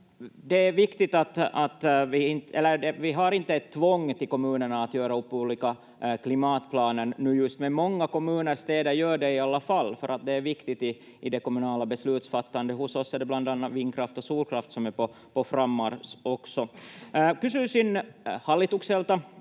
Vi har inte tvång för kommunerna att göra upp olika klimatplaner just nu, men många kommuner och städer gör det i alla fall för att det är viktigt i det kommunala beslutsfattandet. Hos oss är det bland annat vindkraft och solkraft som också är på frammarsch. Kysyisin hallitukselta